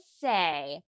say